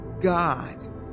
God